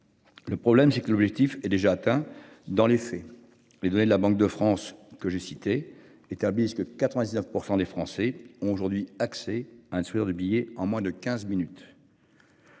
Le problème c'est que l'objectif est déjà atteint dans les faits, les données de la Banque de France que j'ai cités établissent que 99% des Français ont aujourd'hui accès instruire de billets en moins de 15 minutes.